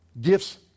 Gifts